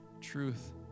Truth